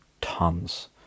tons